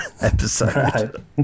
episode